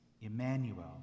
Emmanuel